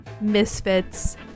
misfits